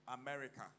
America